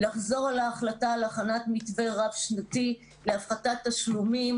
לחזור על ההחלטה להכנסת מתווה רב שנתי להפחתת תשלומים.